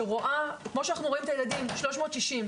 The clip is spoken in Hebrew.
שרואה כמו שאנחנו רואים את הילדים 360,